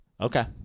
Okay